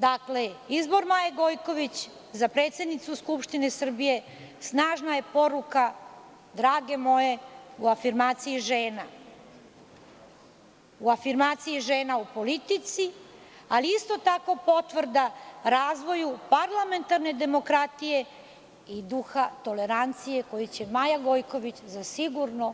Dakle, izbor Maje Gojković za predsednicu Skupštine Srbije snažna je poruka drage moje, u afirmaciji žena, u afirmaciji žena u politici, ali isto tako potvrda razvoju parlamentarne demokratije i duha tolerancije koji će Maja Gojković za sigurno